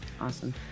Awesome